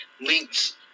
links